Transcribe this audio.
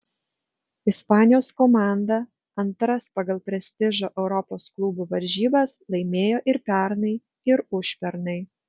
ispanijos komanda antras pagal prestižą europos klubų varžybas laimėjo ir pernai ir užpernai